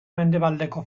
mendebaldeko